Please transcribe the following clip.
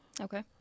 Okay